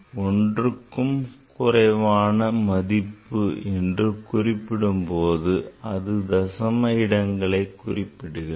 ஒன்றுக்கும் குறைவான மதிப்பு என்று குறிப்பிடும்போது அது தசம இடங்களை குறிக்கிறது